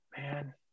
man